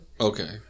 Okay